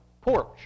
porch